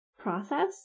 process